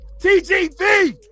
TGV